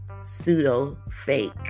pseudo-fake